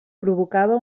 provocava